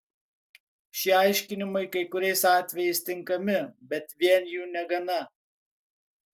šie aiškinimai kai kuriais atvejais tinkami bet vien jų negana